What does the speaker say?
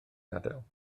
gadael